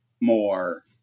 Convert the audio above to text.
more